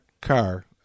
car